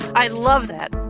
i love that